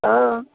अँ